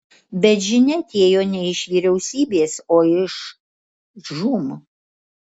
bet žinia atėjo ne iš vyriausybės o iš žūm